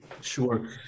Sure